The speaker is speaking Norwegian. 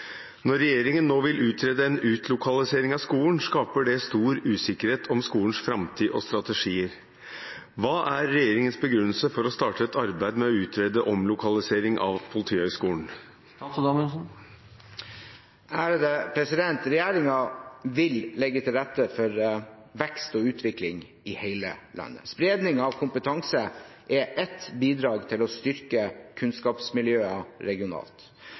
Når regjeringen nå vil utrede en utlokalisering av skolen, skaper det stor usikkerhet om skolens framtid og strategier. Hva er regjeringens begrunnelse for å starte et arbeid med å utrede omlokalisering av Politihøgskolen?» Regjeringen vil legge til rette for vekst og utvikling i hele landet. Spredning av kompetanse er ett bidrag til å styrke kunnskapsmiljøene regionalt.